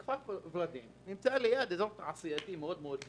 כפר ורדים נמצא ליד אזור תעשייתי מאוד גדול.